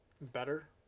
better